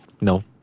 No